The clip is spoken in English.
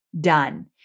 Done